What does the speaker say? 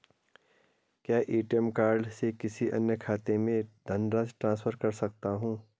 क्या ATM card से किसी अन्य खाते में धनराशि ट्रांसफर कर सकता हूँ?